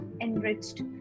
enriched